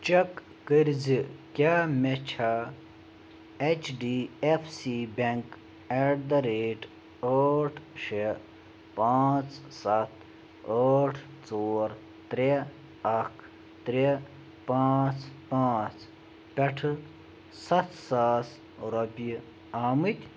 check کٔرۍ زِ کیٛاہ مےٚ چھا H D F C bank at the rate ٲٹھ شےٚ پانٛژھ سَتھ ٲٹھ ژور ترٛےٚ اکھ ترٛےٚ پانٛژھ پانٛژھ پٮ۪ٹھ سَتھ ساس رۄپیہِ آمِتۍ